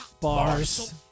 Bars